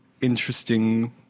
interesting